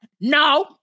No